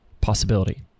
possibility